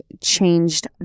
changed